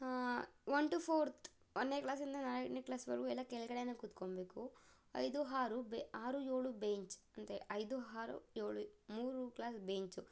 one to fourth ಒಂದನೇ ಕ್ಲಾಸಿಂದ ನಾಲ್ಕನೇ ಕ್ಲಾಸ್ವರೆಗೂ ಎಲ್ಲ ಕೆಳಗಡೆನೇ ಕುತ್ಕೊಬೇಕು ಐದು ಆರು ಆರು ಏಳು ಬೇಂಚ್ ಅಂದರೆ ಐದು ಆರು ಏಳು ಮೂರೂ ಕ್ಲಾಸ್ ಬೇಂಚು